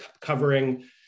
covering